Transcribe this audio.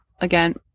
Again